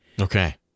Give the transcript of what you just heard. Okay